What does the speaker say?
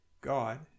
God